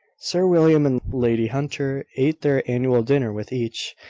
sir william and lady hunter ate their annual dinner with each,